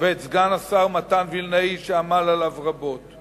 ואת סגן השר מתן וילנאי, שעמל עליו רבות.